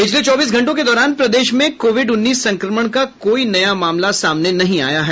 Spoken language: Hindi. पिछले चौबीस घंटों के दौरान प्रदेश में कोविड उन्नीस संक्रमण का कोई नया मामला सामने नहीं आया है